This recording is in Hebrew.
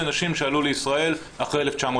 זה נשים שעלו לישראל אחרי 1989,